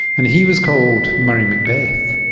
and he was called murray macbeath,